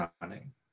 running